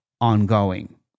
ongoing